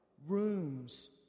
rooms